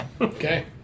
Okay